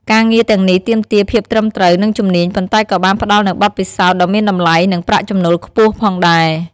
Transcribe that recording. ការងារទាំងនេះទាមទារភាពត្រឹមត្រូវ និងជំនាញ ប៉ុន្តែក៏បានផ្ដល់នូវបទពិសោធន៍ដ៏មានតម្លៃ និងប្រាក់ចំណូលខ្ពស់ផងដែរ ។